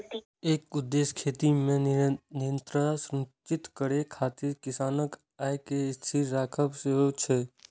एकर उद्देश्य खेती मे निरंतरता सुनिश्चित करै खातिर किसानक आय कें स्थिर राखब सेहो छै